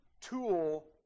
tool